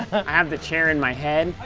i have the chair in my head,